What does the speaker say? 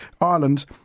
Ireland